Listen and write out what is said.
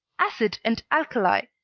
acid and alkali,